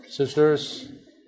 Sisters